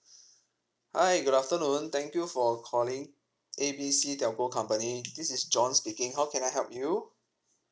hi good afternoon thank you for calling A B C telco company this is john speaking how can I help you